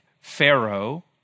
Pharaoh